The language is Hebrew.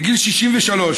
בגיל 63,